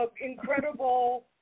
incredible